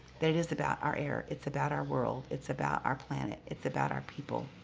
that it is about our air, it's about our world. it's about our planet, it's about our people.